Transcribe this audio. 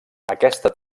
aquesta